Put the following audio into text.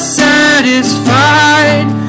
satisfied